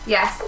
Yes